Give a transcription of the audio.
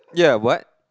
yeah what